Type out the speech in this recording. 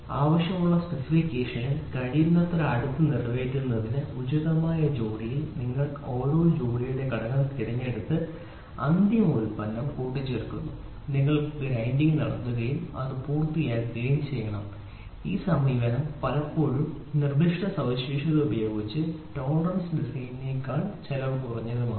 ആവശ്യമുള്ള സ്പെസിഫിക്കേഷൻ കഴിയുന്നത്ര അടുത്ത് നിറവേറ്റുന്നതിന് ഉചിതമായ ജോഡിയിൽ നിന്ന് ഓരോ ജോഡിയുടെയും ഘടകം തിരഞ്ഞെടുത്ത് അന്തിമ ഉൽപ്പന്നം കൂട്ടിച്ചേർക്കുന്നു നിങ്ങൾ ഒരു ഗ്രൈൻഡിങ് നടത്തുകയും അത് പൂർത്തിയാക്കുകയും ചെയ്യണം ഈ സമീപനം പലപ്പോഴും നിർദിഷ്ട സവിശേഷത ഉപയോഗിച്ച് ടോളറൻസ് ഡിസൈനിനേക്കാൾ ചെലവ് കുറവാണ്